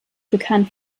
bekannt